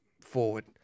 forward